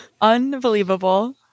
Unbelievable